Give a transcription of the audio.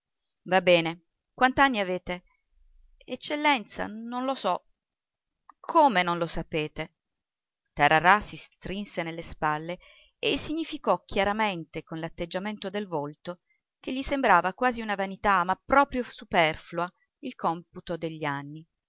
va bene quant'anni avete eccellenza non lo so come non lo sapete tararà si strinse nelle spalle e significò chiaramente con l'atteggiamento del volto che gli sembrava quasi una vanità ma proprio superflua il computo degli anni